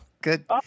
Good